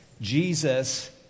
Jesus